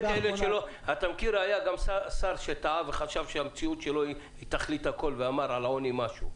היה שר שטעה וחשב שהמציאות שלו היא תכלית הכול ואמר על העוני משהו.